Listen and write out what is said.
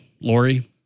Lori